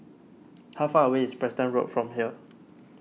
how far away is Preston Road from here